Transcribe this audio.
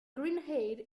grenade